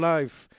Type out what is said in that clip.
Life